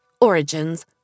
Origins